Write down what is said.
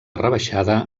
rebaixada